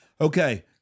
Okay